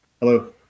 Hello